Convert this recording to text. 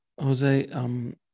Jose